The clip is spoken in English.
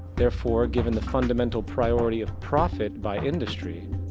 therefore, given the fundamental priority of profit by industry,